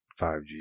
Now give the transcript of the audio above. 5G